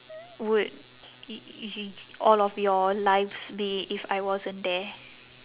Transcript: would y~ all of your lives be if I wasn't there